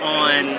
on